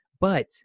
But-